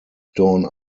dawn